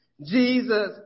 Jesus